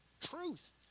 truth